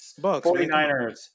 49ers